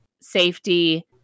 safety